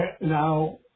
now